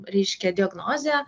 reiškia diagnozė